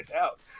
out